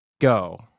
go